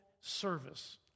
service